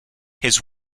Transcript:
his